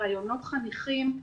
ראיונות חניכים,